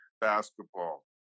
Basketball